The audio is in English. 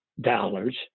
dollars